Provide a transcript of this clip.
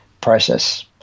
process